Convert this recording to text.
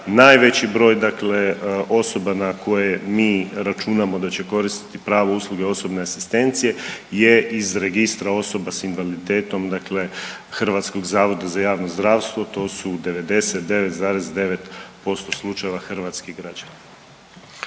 najveći broj osoba na koje mi računamo da će koristiti pravo usluge osobne asistencije je iz registra osoba s invaliditetom HZJZ, to su 99,9% slučajeva hrvatski građani.